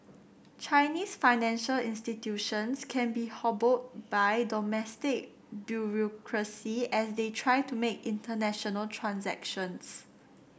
Chinese financial institutions can be hobbled by domestic bureaucracy as they try to make international transactions